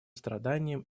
страданиям